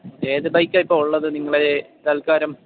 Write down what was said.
ഏത് ബൈക്കാണ് ഇപ്പോൾ ഉള്ളത് നിങ്ങളുടെ കയ്യിൽ തല്ക്കാലം